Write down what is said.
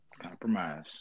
compromise